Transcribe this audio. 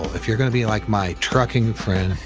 if you're going to be like my trucking friend,